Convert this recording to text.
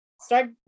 start